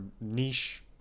niche